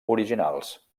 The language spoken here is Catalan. originals